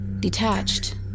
detached